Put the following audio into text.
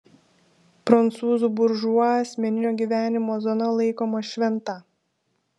prancūzų buržua asmeninio gyvenimo zona laikoma šventa